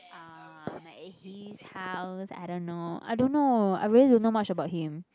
uh his house I don't know I don't know I really don't know much about him